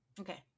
Okay